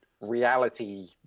reality